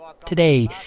Today